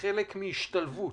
כחלק מהשתלבות,